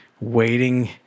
waiting